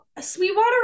Sweetwater